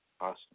Awesome